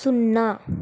సున్నా